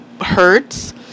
hurts